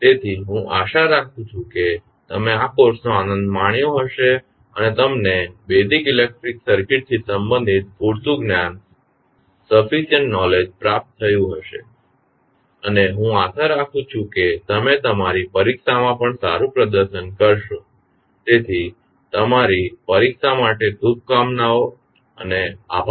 તેથી હું આશા રાખું છું કે તમે આ કોર્સનો આનંદ માણ્યો હશે અને તમને બેઝિક ઇલેક્ટ્રિકલ સર્કિટ થી સંબંધિત પૂરતું જ્ઞાન પ્રાપ્ત થયું હશે અને હું આશા રાખું છું કે તમે તમારી પરીક્ષામાં પણ સારું પ્રદર્શન કરશો તેથી તમારી પરીક્ષા માટે શુભકામનાઓ અને આભાર